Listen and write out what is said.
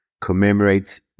commemorates